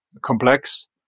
complex